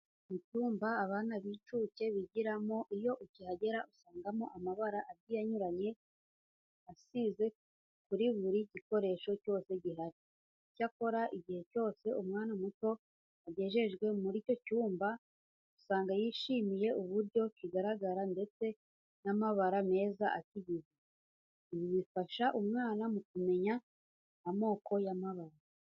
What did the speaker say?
Mu cyumba abana b'incuke bigiramo, iyo ukihagera usangamo amabara agiye anyuranye asize kuri buri gikoresho cyose gihari. Icyakora, igihe cyose umwana muto agejejwe muri icyo cyumba, usanga yishimiye uburyo kigaragara ndetse n'amabara meza akigize. Ibi bifasha umwana mu kumenya amoko y'amabara.